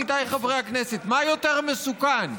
עמיתיי חברי הכנסת: מה יותר מסוכן,